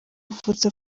wavutse